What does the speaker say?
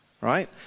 right